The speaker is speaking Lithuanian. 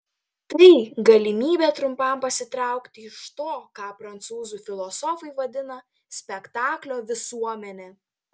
tai galimybė trumpam pasitraukti iš to ką prancūzų filosofai vadina spektaklio visuomene